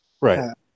Right